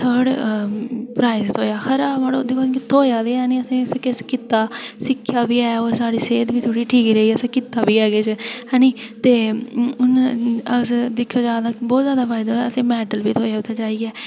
third prize थ्होआ खरा मड़ो दिक्खो आं बाऽ थ्होआ ते ऐ निं असें ई असें किश कीता सिक्खेआ बी ऐ होर साढ़ी सेह्त बी थोह्ड़ी ठीक रेही असें कीता बी ऐ किश ऐ नी ते अस दिक्खे जा ता अस बहुत जादा फायदा होआ मैडल बी थ्होया उत्थै जाइयै